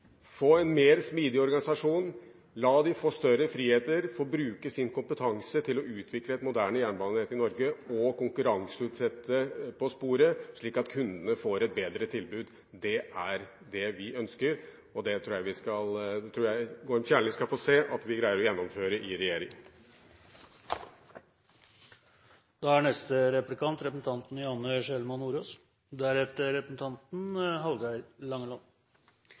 få en mer smidig organisasjon, å la aktørene få større frihet og bruke sin kompetanse til å utvikle et moderne jernbanenett i Norge og konkurranseutsette på sporet, slik at kundene får et bedre tilbud. Det er det vi ønsker, og det tror jeg Gorm Kjernli skal få se at vi greier å gjennomføre i regjering.